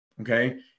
okay